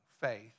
Faith